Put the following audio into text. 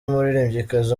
umuririmbyikazi